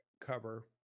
cover